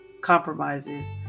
compromises